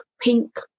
pink